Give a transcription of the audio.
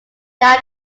there